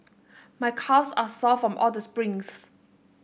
my calves are sore from all the sprints